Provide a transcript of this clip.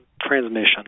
transmission